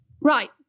Right